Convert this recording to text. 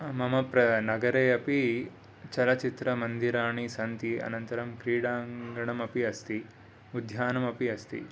मम नगरे अपि चलचित्रमन्दिराणि सन्ति अनन्तरं क्रीडाङ्गणम् अपि अस्ति उध्यानम् अपि अस्ति